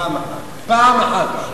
פעם אחת.